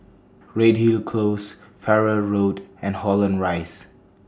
Redhill Close Farrer Road and Holland Rise